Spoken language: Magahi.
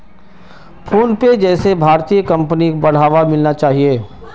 फोनपे जैसे भारतीय कंपनिक बढ़ावा मिलना चाहिए